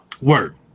Word